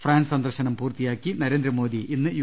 France സന്ദർശനം പൂർത്തിയാക്കി നരേന്ദ്രമോദി ഇന്ന് യു